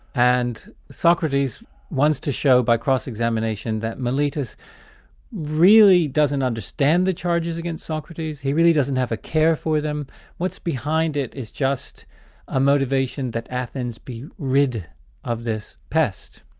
and socrates wants to show, by cross-examination, that meletus really doesn't understand the charges against socrates, he really doesn't have a care for them what's behind it is just a motivation that athens be rid of this pest.